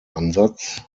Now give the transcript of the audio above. ansatz